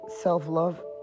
self-love